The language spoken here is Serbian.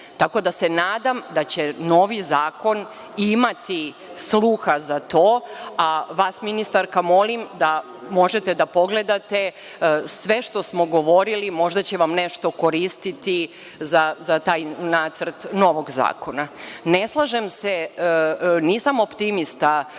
ne može. Nadam se da će novi zakon imati sluha za to, a vas, ministarka, molim da pogledate sve što smo govorili, možda će vam nešto koristiti za taj nacrt novog zakona. Ne slažem se, nisam optimista